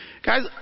Guys